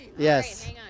Yes